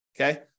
Okay